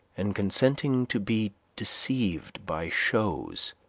and consenting to be deceived by shows,